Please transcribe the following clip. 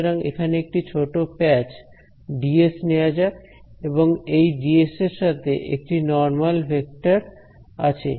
সুতরাং এখানে একটি ছোট প্যাচ ডিএস নেয়া যাক এবং এই ডিএস এর সাথে একটি নরমাল ভেক্টর আছে